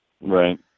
Right